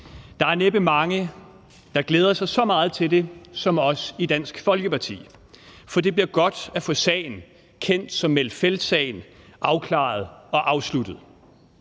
Der er næppe mange, der glæder sig så meget til det som os i Dansk Folkeparti, for det bliver godt at få sagen – kendt som Meld-Feld-sagen – afklaret og afsluttet.